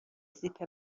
زیپ